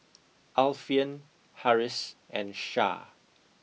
Alfian Harris and Shah